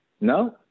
No